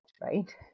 right